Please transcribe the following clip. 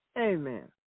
Amen